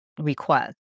request